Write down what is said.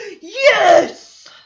yes